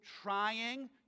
trying